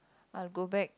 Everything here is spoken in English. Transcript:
I'll go back